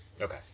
Okay